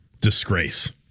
Disgrace